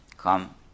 Come